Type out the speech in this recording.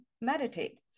meditate